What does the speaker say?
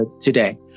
today